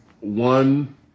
one